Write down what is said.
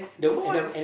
for what